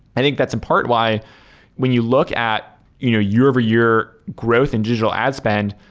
i think that's impart why when you look at you know year over year growth and digital ad spend,